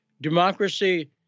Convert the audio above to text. democracy